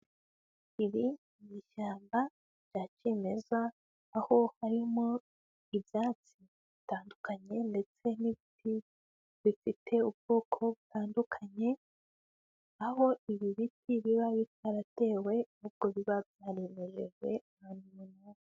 Iri ni ishyamba rya kimeza, aho harimo ibyatsi bitandukanye ndetse n'ibiti bifite ubwoko butandukanye, aho ibi biti biba bitaratewe ahubwo biba byarimejeje ahantu runaka.